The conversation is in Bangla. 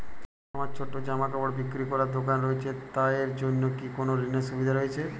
আমার ছোটো জামাকাপড় বিক্রি করার দোকান রয়েছে তা এর জন্য কি কোনো ঋণের সুবিধে রয়েছে?